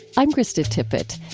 i'm krista tippett.